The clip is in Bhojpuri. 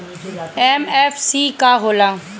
एम.एफ.सी का हो़ला?